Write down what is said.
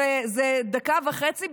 זה דקה וחצי,